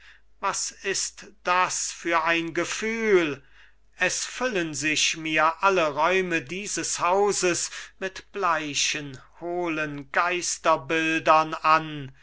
was ist das für ein gefühl es füllen sich mir alle räume dieses hauses mit bleichen hohlen geisterbildern an